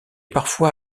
parfois